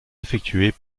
effectués